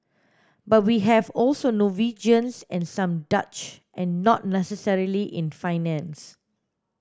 but we have also Norwegians and some Dutch and not necessarily in finance